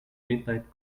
midnight